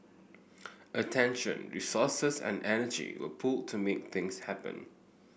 attention resources and energy were pooled to make things happen